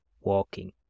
walking